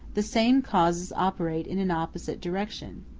the same causes operate in an opposite direction.